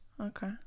Okay